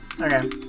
Okay